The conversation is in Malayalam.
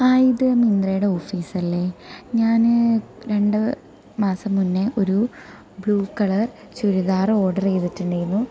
ആ ഇത് മിൻത്രയുടെ ഓഫീസല്ലേ ഞാന് രണ്ട് മാസം മുന്നേ ഒരു ബ്ലൂ കളർ ചുരിദാറ് ഓർഡര് ചെയ്തിട്ടുണ്ടായിരുന്നു